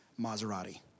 Maserati